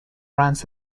runs